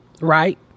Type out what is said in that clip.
right